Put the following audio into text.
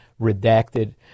redacted